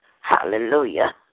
Hallelujah